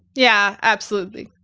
yeah absolutely.